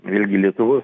vėlgi lietuvos